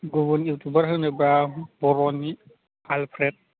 गुबुन इउटुबार होनोब्ला बर'नि आलफ्रेड